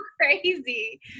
Crazy